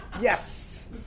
Yes